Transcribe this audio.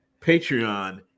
Patreon